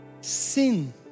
sin